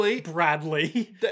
Bradley